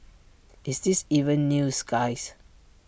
is this even news guys